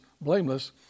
blameless